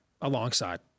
alongside